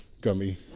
gummy